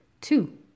Two